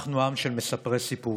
אנחנו עם של מספרי סיפורים.